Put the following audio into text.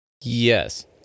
Yes